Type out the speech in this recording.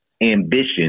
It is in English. ambition